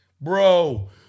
Bro